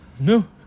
No